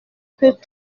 que